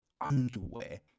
underwear